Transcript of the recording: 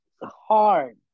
hard